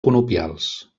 conopials